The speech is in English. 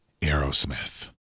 Aerosmith